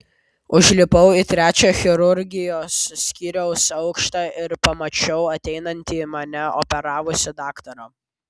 užlipau į trečią chirurgijos skyriaus aukštą ir pamačiau ateinantį mane operavusį daktarą